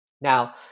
Now